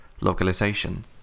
localization